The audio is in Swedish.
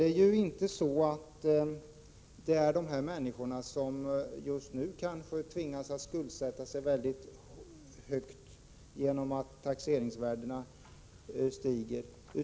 Det gäller inte de människor som just nu kanske tvingas skuldsätta sig väldigt mycket till följd av att taxeringsvärdena stiger.